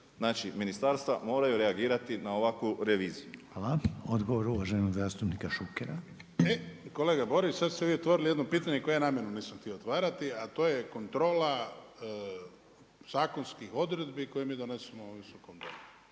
Znači ministarstva moraju reagirati na ovakvu reviziju. **Reiner, Željko (HDZ)** Hvala. Odgovor uvaženog zastupnika Šukera. **Šuker, Ivan (HDZ)** E kolega Borić sada ste vi otvorili jedno pitanje koja ja namjerno nisam htio otvarati, a to je kontrola zakonskih odredbi koje mi donesemo u ovom Visokom domu.